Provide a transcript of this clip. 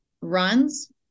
Runs